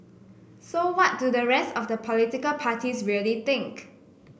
so what do the rest of the political parties really think